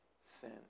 sin